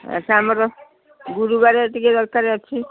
ସେ ଆମର ଗୁରୁବାରେ ଟିକେ ଦରକାର ଅଛି